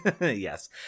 Yes